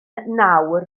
nawr